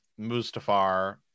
Mustafar